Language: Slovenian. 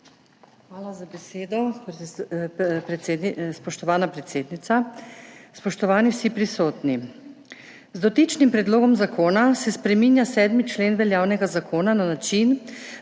Hvala za besedo, spoštovana predsednica. Spoštovani vsi prisotni! Z dotičnim predlogom zakona se spreminja 7. člen veljavnega zakona na način,